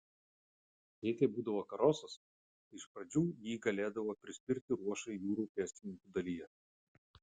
jei tai būdavo karosas tai iš pradžių jį galėdavo prispirti ruošai jūrų pėstininkų dalyje